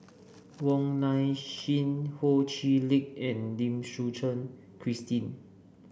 Wong Nai Chin Ho Chee Lick and Lim Suchen Christine